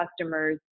customers